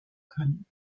können